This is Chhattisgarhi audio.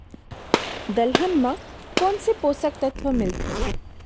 दलहन म कोन से पोसक तत्व मिलथे?